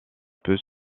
peut